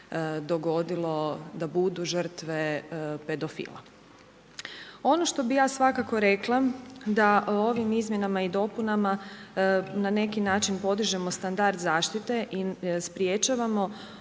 dogodilo da budu žrtve pedofila. Ono što bih ja svakako rekla da ovim izmjenama i dopunama na neki način podižemo standard zaštite i sprječavamo